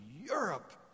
Europe